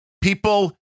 people